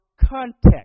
context